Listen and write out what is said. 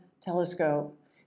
telescope